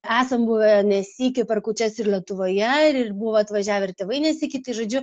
esam buvę ne sykį per kūčias ir lietuvoje ir buvo atvažiavę ir tėvai ne sykį tai žodžiu